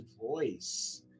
voice